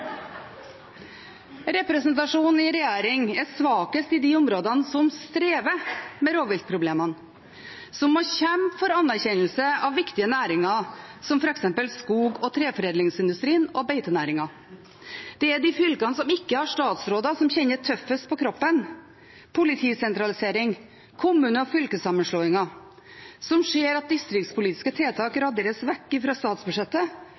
Representasjonen i regjeringen er svakest i de områdene som strever med rovviltproblemene, som må kjempe for anerkjennelse av viktige næringer, som f.eks. skog- og treforedlingsindustrien og beitenæringene. Det er de fylkene som ikke har statsråder, som kjenner tøffest på kroppen politisentralisering og kommune- og fylkessammenslåinger, som ser at distriktspolitiske tiltak raderes vekk fra statsbudsjettet,